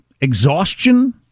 Exhaustion